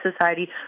Society